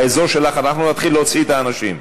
באזור שלך אנחנו נתחיל להוציא את האנשים.